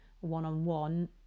one-on-one